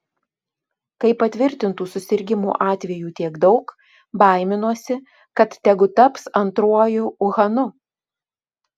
kai patvirtintų susirgimų atvejų tiek daug baiminuosi kad tegu taps antruoju uhanu